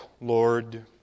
Lord